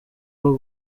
rwo